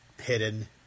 hidden